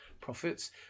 profits